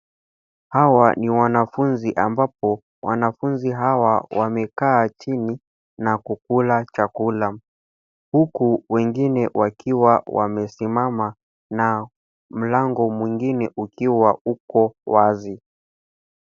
Hawa ni wanafunzi ambapo wanafunzi hawa wamekaa chini na kukula chakula, huku wengine wakiwa wamesimama na mlango mwingine ukiwa uko wazi.